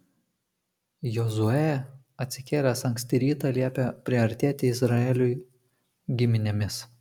jozuė atsikėlęs anksti rytą liepė priartėti izraeliui giminėmis